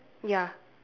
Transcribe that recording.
ya